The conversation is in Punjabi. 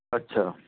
ਅੱਛਾ